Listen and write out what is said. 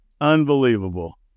Unbelievable